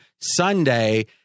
Sunday